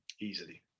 easily